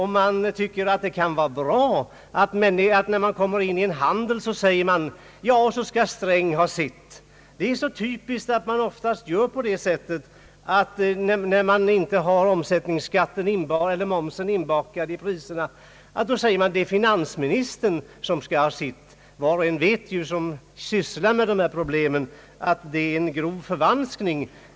Han tycker att det kan vara bra att en handelsman kan säga: »Ja, och så skall Sträng ha sitt.» Det är så typiskt att man gör på det sättet när man inte har momsen inbakad i priserna. Man säger att det är finansministern som skall ha sitt. Var och en som sysslar med dessa problem vet ju att det är en grov förvanskning.